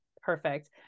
Perfect